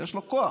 יש לו כוח.